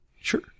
sure